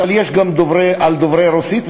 אבל יש גם על דוברי רוסית,